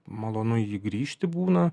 malonu jį grįžti būna